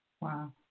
Wow